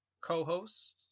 co-hosts